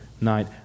night